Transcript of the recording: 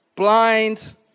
Blind